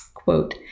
Quote